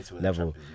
level